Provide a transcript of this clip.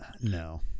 No